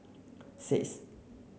six